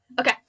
Okay